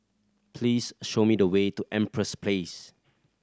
please show me the way to Empress Place